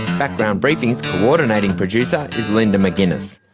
background briefing's co-ordinating producer is linda mcginness,